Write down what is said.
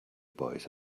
boys